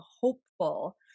hopeful